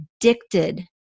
addicted